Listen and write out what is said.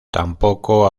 tampoco